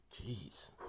Jeez